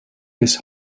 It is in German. bis